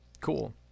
cool